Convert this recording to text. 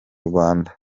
rwanda